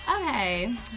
Okay